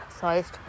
sized